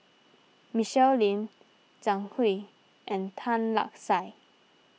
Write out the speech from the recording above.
Michelle Lim Zhang Hui and Tan Lark Sye